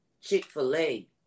Chick-fil-A